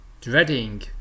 dreading